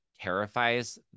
terrifies